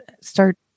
start